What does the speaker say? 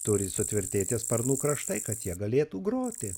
turi sutvirtėti sparnų kraštai kad jie galėtų groti